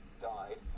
died